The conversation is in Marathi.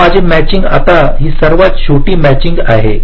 समजा माझे मॅचिंग आता ही सर्वात छोटी मॅचिंग आहे